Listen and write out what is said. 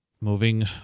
Moving